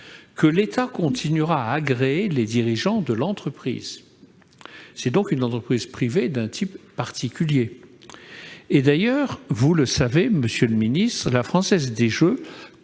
:« L'État continuera à agréer les dirigeants de l'entreprise ». C'est donc une entreprise privée d'un type particulier. D'ailleurs, vous le savez, la Française des jeux